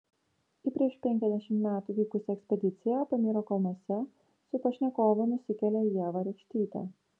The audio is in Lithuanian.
į prieš penkiasdešimt metų vykusią ekspediciją pamyro kalnuose su pašnekovu nusikelia ieva rekštytė